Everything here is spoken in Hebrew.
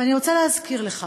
ואני רוצה להזכיר לך